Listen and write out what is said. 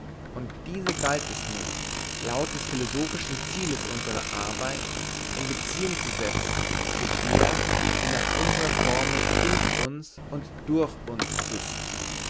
und diese galt es nun laut des philosophischen zieles unserer arbeit in beziehung zu setzen zu der die nach unserer formel in uns und durch uns ist